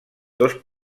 dos